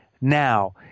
now